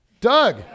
Doug